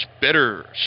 better